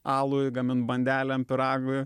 alui gamint bandelėm pyragui